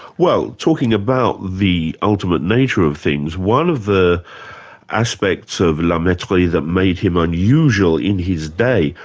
well, talking about the ultimate nature of things, one of the aspects of la mettrie that made him unusual in his day,